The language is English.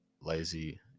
lazy